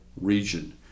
region